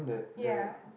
ya